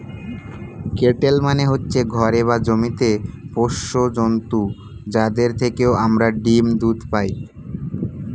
cattle মানে হচ্ছে ঘরে বা জমিতে পোষ্য জন্তু যাদের থেকে আমরা ডিম, দুধ পাই